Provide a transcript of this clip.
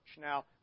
Now